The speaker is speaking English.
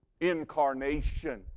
Incarnation